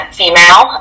female